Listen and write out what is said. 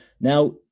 now